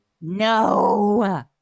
No